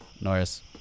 Norris